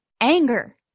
Anger